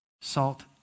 salt